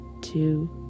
two